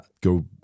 Go